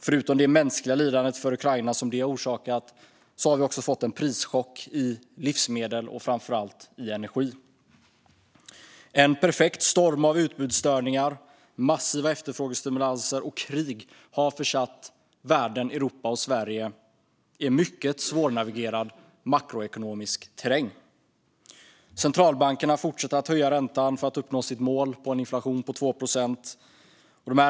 Förutom det mänskliga lidande för Ukraina som det har orsakat har vi också fått en prischock på livsmedel och framför allt på energi. En perfekt storm av utbudsstörningar, massiva efterfrågestimulanser och krig har försatt världen, Europa och Sverige i en mycket svårnavigerad makroekonomisk terräng. Centralbankerna fortsätter att höja räntan för att uppnå sitt mål om en inflation på 2 procent.